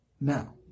Now